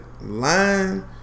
line